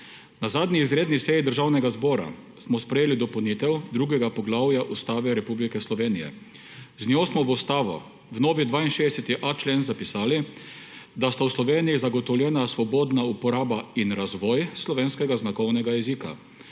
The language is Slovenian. Na zadnji izredni seji Državnega zbora smo sprejeli dopolnitev II. poglavja Ustave Republike Slovenije. Z njo smo v ustavo, v novi 62.a člen, zapisali, da sta v Sloveniji zagotovljena svobodna uporaba in razvoj slovenskega znakovnega jezika.